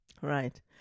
Right